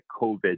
COVID